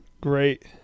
Great